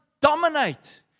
dominate